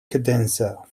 cadenza